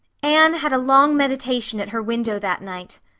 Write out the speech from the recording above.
anne had a long meditation at her window that night.